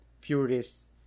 purists